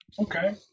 Okay